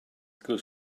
good